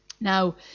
Now